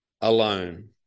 alone